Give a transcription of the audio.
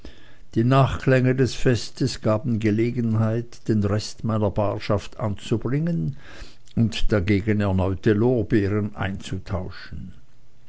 die nachklänge des festes gaben gelegenheit den rest meiner barschaft anzubringen und dagegen erneute lorbeeren einzutauschen